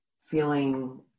feeling